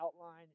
outline